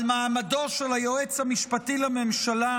על מעמדו של היועץ המשפטי לממשלה,